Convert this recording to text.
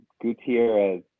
Gutierrez